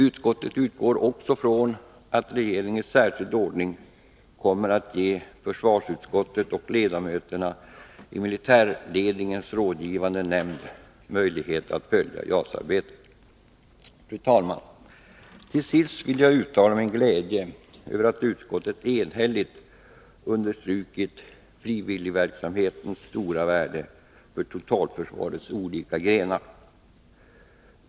Utskottet utgår också från att regeringen i särskild ordning kommer att ge försvarsutskottet och ledamöterna i militärledningens rådgivande nämnd möjlighet att följa JAS-arbetet. Fru talman! Till sist vill jag uttala min glädje över att utskottet enhälligt understrukit frivilligverksamhetens stora värde för totalförsvarets olika grenar.